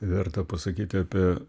verta pasakyti apie